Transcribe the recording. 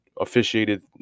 officiated